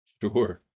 Sure